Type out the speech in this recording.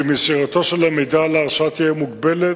כי מסירתו של המידע על ההרשעה תהיה מוגבלת,